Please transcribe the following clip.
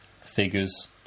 figures